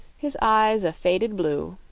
his eyes a faded blue,